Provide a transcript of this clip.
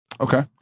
Okay